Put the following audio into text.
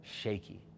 shaky